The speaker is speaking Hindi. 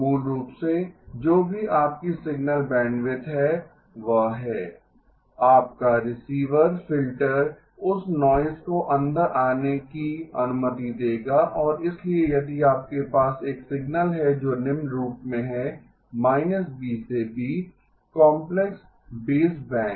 मूल रूप से जो भी आपकी सिग्नल बैंडविड्थ है वह है आपका रिसीव फ़िल्टर उस नॉइज़ को अंदर आने की अनुमति देगा और इसलिए यदि आपके पास एक सिग्नल है जो निम्न रूप में है B से B काम्प्लेक्स बेसबैंड